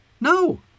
No